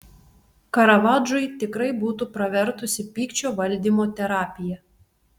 karavadžui tikrai būtų pravertusi pykčio valdymo terapija